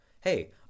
Hey